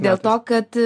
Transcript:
dėl to kad